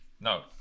No